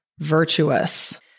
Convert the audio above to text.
virtuous